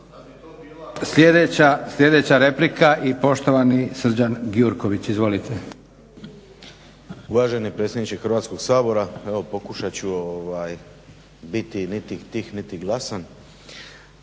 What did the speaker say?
Sljedeća replika i poštovani Srđan Gjurković. Izvolite. **Gjurković, Srđan (HNS)** Uvaženi predsjedniče Hrvatskog sabora evo pokušat ću biti niti tih niti glasan.